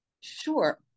Sure